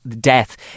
death